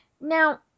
Now